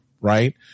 right